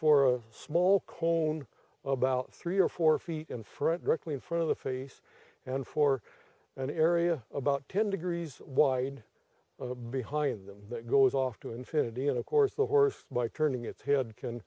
for a small cone about three or four feet and fredricka in front of the face and for an area about ten degrees wide behind them that goes off to infinity and of course the horse by turning its head can